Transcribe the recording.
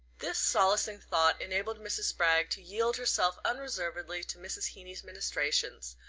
this solacing thought enabled mrs. spragg to yield herself unreservedly to mrs. heeny's ministrations,